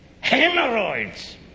hemorrhoids